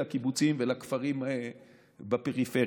לקיבוצים ולכפרים בפריפריה.